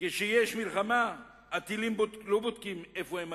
כשיש מלחמה, הטילים לא בודקים לאיפה הם מגיעים.